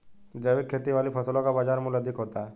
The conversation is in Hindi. जैविक खेती वाली फसलों का बाजार मूल्य अधिक होता है